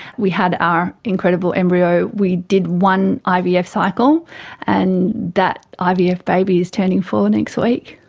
we had our incredible embryo, we did one ivf cycle and that ivf baby is turning four and next week.